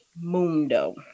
mundo